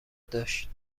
داشت